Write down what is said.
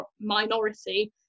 minority